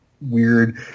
weird